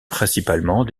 principalement